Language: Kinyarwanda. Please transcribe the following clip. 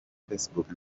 facebook